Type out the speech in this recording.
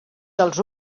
dels